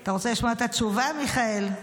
אתה רוצה לשמוע את התשובה, מיכאל?